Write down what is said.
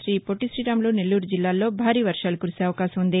శ్రీపొట్టిశ్రీరాములు నెల్లూరు జిల్లాల్లో భారీ వర్షాలు కురిసే అవకాశం ఉంది